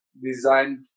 designed